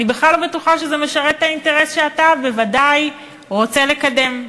אני בכלל לא בטוחה שזה משרת את האינטרס שאתה ודאי רוצה לקדם.